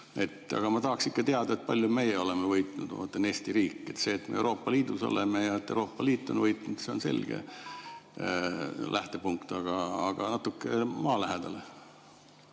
Aga ma tahaksin ikka teada, kui palju meie oleme võitnud. Ma mõtlen Eesti riiki. See, et me Euroopa Liidus oleme ja et Euroopa Liit on võitnud, see on selge lähtepunkt. Aga natuke maalähedasemalt